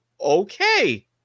okay